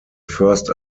first